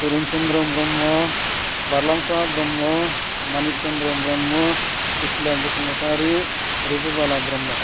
धोरोम चन्द्र ब्रह्म बारलांफा ब्रह्म मानिक चन्द्र ब्रह्म सुसिला बसुमतारी रुजु बाला ब्रह्म